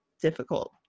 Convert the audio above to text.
difficult